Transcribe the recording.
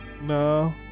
No